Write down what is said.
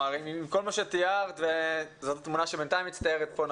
כל מה שתיארת זאת התמונה שבינתיים מצטיירת פה.